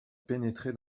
pénétré